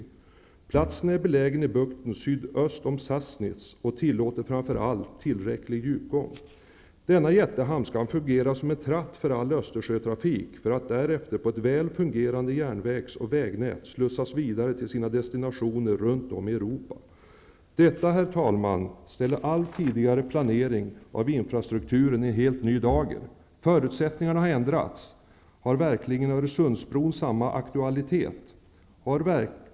Platsen är belägen i bukten sydöst om Sassnitz och tillåter framför allt tillräcklig djupgång. Denna jättehamn skall fungera som en tratt för all Östersjötrafik, för att denna därefter på ett väl fungerande järnvägsoch vägnät skall slussas vidare till destinationer runt om i Europa. Detta, herr talman, ställer all tidigare planering av infrastrukturen i en helt ny dager. Förutsättningarna har ändrats. Har verkligen Öresundsbron samma aktualitet?